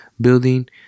building